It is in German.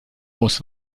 muss